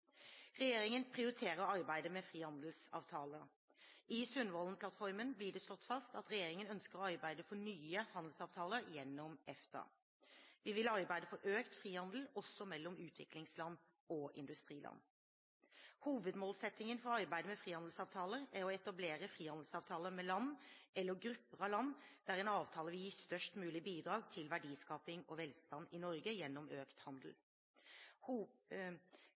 Regjeringen prioriterer arbeidet med frihandelsavtaler. I Sundvolden-plattformen blir det slått fast at regjeringen ønsker å arbeide for nye handelsavtaler gjennom EFTA. Vi vil arbeide for økt frihandel, også mellom utviklingsland og industriland. Hovedmålsettingen for arbeidet med frihandelsavtaler er å etablere frihandelsavtaler med land, eller grupper av land, der en avtale vil gi størst mulig bidrag til verdiskaping og velstand i Norge gjennom økt handel.